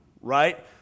Right